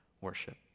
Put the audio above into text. worship